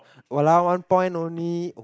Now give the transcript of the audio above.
!walao! one point only